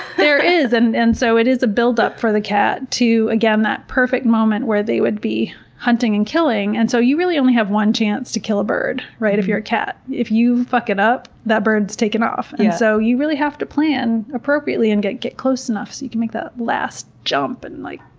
there is. and and so it is a buildup for the cat to again, that perfect moment where they would be hunting and killing. and so you really only have one chance to kill a bird, right? if you're a cat. if you fuck it up, that bird's takin' off. and so you really have to plan appropriately and get get close enough so you can make that last jump and like,